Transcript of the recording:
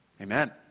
Amen